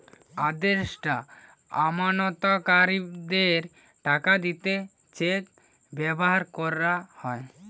আদেষ্টা আমানতকারীদের টাকা দিতে চেক ব্যাভার কোরা হয়